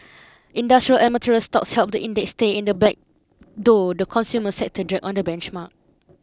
industrial and material stocks helped the index stay in the black though the consumer sector dragged on the benchmark